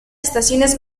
estaciones